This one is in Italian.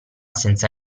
senza